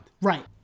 Right